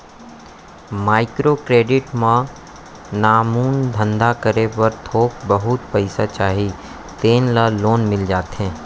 micro credit म नानमुन धंधा करे बर थोक बहुत पइसा चाही तेन ल लोन मिल जाथे